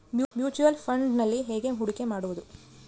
Mutual ಫುಣ್ಡ್ನಲ್ಲಿ ಹೇಗೆ ಹೂಡಿಕೆ ಮಾಡುವುದು?